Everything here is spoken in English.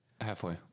halfway